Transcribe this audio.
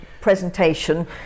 presentation